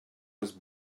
was